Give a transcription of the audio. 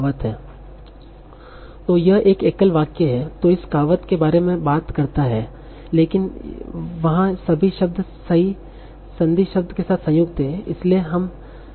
और यह एक एकल वाक्य है जो इस कहावत के बारे में बात करता है लेकिन वहां सभी शब्द संदी संबंध के साथ संयुक्त हैं